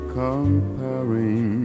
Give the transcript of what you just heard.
comparing